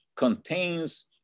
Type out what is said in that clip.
contains